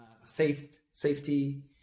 safety